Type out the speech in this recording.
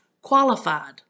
Qualified